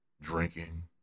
drinking